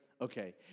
Okay